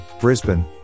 Brisbane